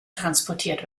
transportiert